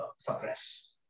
suppress